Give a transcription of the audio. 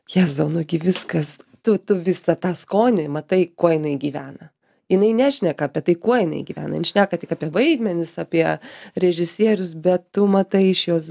jėzau nu gi viskas tu tu visą tą skonį matai kuo jinai gyvena jinai nešneka apie tai kuo jinai gyvena jin šneka tik apie vaidmenis apie režisierius bet tu matai iš jos gestų